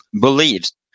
believes